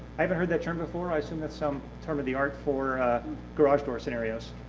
i haven't heard that term before, i assume that's some term of the art for garage door scenarios.